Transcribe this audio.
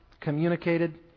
communicated